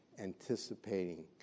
anticipating